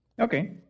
Okay